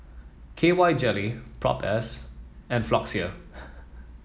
K Y Jelly Propass and Floxia